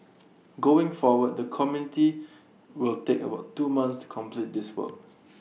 going forward the committee will take about two months to complete this work